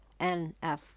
NF